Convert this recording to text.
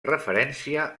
referència